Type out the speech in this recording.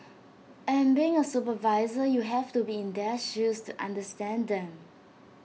and being A supervisor you have to be in their shoes to understand them